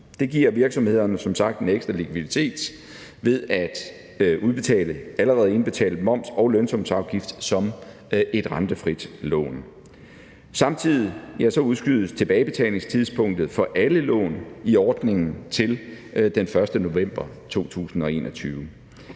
som sagt virksomhederne en ekstra likviditet, ved at allerede indbetalt moms og lønsumsafgift kan udbetales som et rentefrit lån. Samtidig udskydes tilbagebetalingstidspunktet for alle lån i ordningen til den 1. november 2021,